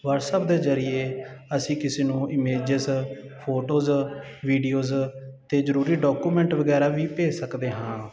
WhatsApp ਦੇ ਜ਼ਰੀਏ ਅਸੀਂ ਕਿਸੇ ਨੂੰ ਇਮੇਜਸ ਫੋਟੋਸ ਵੀਡੀਓਜ ਅਤੇ ਜ਼ਰੂਰੀ ਡਾਕੂਮੈਂਟ ਵਗੈਰਾ ਵੀ ਭੇਜ ਸਕਦੇ ਹਾਂ